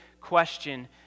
question